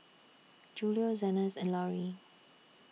Julio Zenas and Lauri